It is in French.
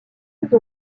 mise